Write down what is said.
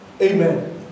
Amen